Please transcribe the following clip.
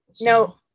No